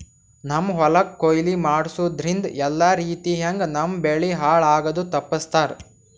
ನಮ್ಮ್ ಹೊಲಕ್ ಕೊಯ್ಲಿ ಮಾಡಸೂದ್ದ್ರಿಂದ ಎಲ್ಲಾ ರೀತಿಯಂಗ್ ನಮ್ ಬೆಳಿ ಹಾಳ್ ಆಗದು ತಪ್ಪಸ್ತಾರ್